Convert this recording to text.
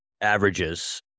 averages